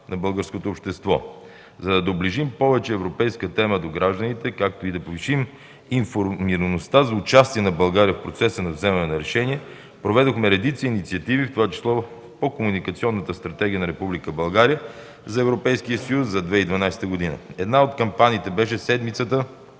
на българското общество. За да доближим повече европейската тема до гражданите, както и да повишим информираността за участие на България в процеса на вземане на решения, проведохме редица инициативи, в това число по Комуникационната стратегия на Република България за Европейския съюз за 2012 г. Една от кампаниите беше Седмицата